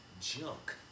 junk